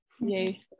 yay